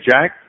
Jack